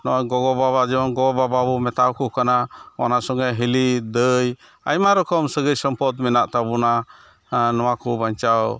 ᱱᱚᱜᱼᱚᱭ ᱜᱚᱜᱚᱼᱵᱟᱵᱟ ᱡᱮᱢᱚᱱ ᱜᱚᱼᱵᱟᱵᱟᱵᱚᱱ ᱢᱮᱛᱟᱣᱟᱠᱚ ᱠᱟᱱᱟ ᱚᱱᱟ ᱥᱚᱸᱜᱮ ᱦᱤᱞᱤ ᱫᱟᱹᱭ ᱟᱭᱢᱟ ᱨᱚᱠᱚᱢ ᱥᱟᱹᱜᱟᱹᱭᱼᱥᱚᱢᱯᱚᱠ ᱢᱮᱱᱟᱜ ᱛᱟᱵᱚᱱᱟ ᱱᱚᱣᱟᱠᱚ ᱵᱟᱧᱪᱟᱣ